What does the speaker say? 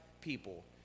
people